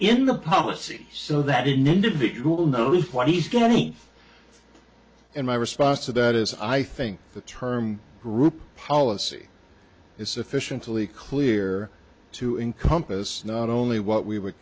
in the policy so that an individual knows what he's got me and my response to that is i think the term group policy is sufficiently clear to encompass not only what we would